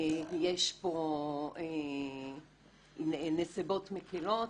יש פה נסיבות מקלות,